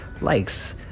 likes